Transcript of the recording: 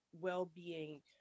well-being